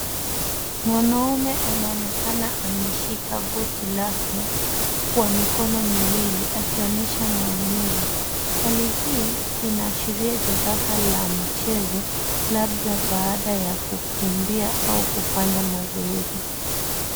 Mwanaume anaonekana ameshika goti lake, kwa mikono miwili, akionyesha maumivu. Hali hii, inaashiria jeraha la michezo, labda baada ya kukimbia, au kufanya mazoezi.